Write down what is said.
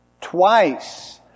Twice